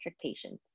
patients